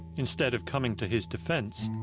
instead of coming to his defense,